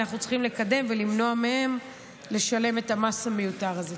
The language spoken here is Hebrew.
אנחנו צריכים לקדם ולמנוע מהם לשלם את המס המיותר הזה.